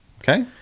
okay